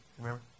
remember